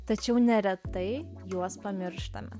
tačiau neretai juos pamirštame